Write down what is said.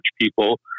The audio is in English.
people